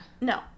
No